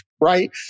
right